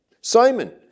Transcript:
Simon